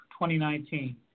2019